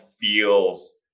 feels